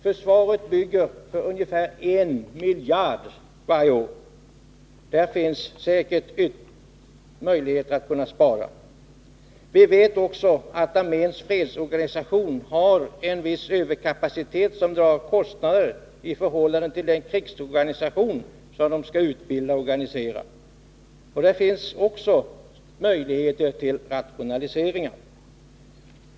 Försvaret bygger för ungefär 1 miljard varje år. Här finns säkert möjligheter att spara. Vi vet också att arméns fredsorganisation har en viss överkapacitet som drar kostnader i förhållande till den krigsorganisation som personalen skall utbildas och organiseras för. Här finns möjligheter till rationaliseringar.